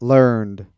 Learned